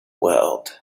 world